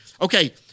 Okay